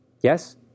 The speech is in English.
Yes